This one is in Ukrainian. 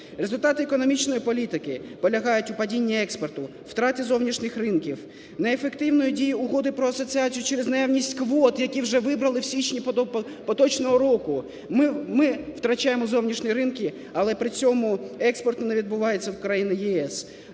Результати економічної політики полягають у падіння експорту, втраті зовнішніх ринків, неефективної дії Угоди про асоціацію через наявність квот, які вже вибрали в січні поточного року. Ми втрачаємо зовнішні ринки, але при цьому експорт не відбувається в країни ЄС.